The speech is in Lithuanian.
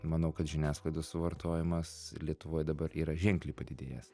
manau kad žiniasklaidos suvartojimas lietuvoj dabar yra ženkliai padidėjęs